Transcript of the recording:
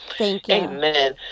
Amen